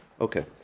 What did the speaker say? Okay